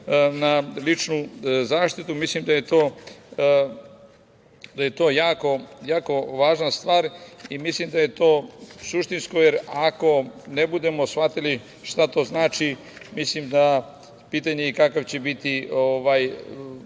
na ličnu zaštitu. Mislim da je to jako važna stvar i mislim da je to suštinsko, jer ako ne budemo shvatili šta to znači mislim da je pitanje i kakav će biti